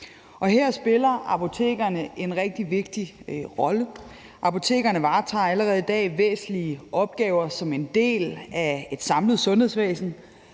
her spiller apotekerne en rigtig vigtig rolle. Apotekerne varetager allerede i dag væsentlige opgaver som en del af et samlet sundhedsvæsen.